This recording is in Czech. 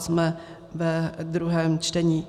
Jsme ve druhém čtení.